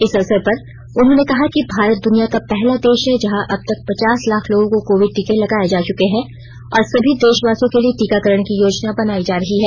इस अवसर पर उन्होंने कहा कि भारत दुनिया का पहला देश है जहां अब तक पचास लाख लोगों को कोविड टीके लगाए जा चुके हैं और सभी देशवासियों के लिए टीकाकरण की योजना बनाई जा रही है